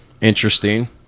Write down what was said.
interesting